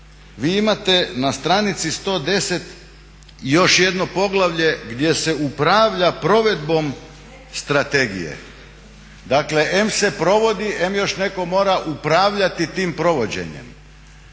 Vi imate na stranici 110 još jedno poglavlje gdje se upravlja provedbom strategije. Dakle em se provodi, em još netko mora upravljati tim provođenjem.